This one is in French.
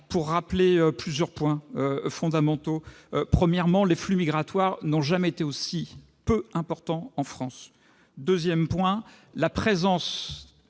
en rappelant plusieurs points fondamentaux. Premièrement, les flux migratoires n'ont jamais été aussi peu importants en France. Deuxièmement, la présence